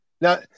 Now